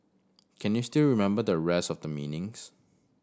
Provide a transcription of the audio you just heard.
can you still remember the rest of the meanings